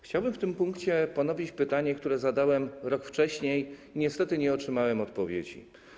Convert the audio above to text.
Chciałbym w tym punkcie ponowić pytanie, które zadałem rok wcześniej i niestety nie otrzymałem odpowiedzi.